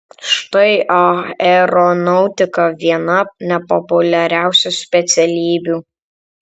štai aeronautika viena nepopuliariausių specialybių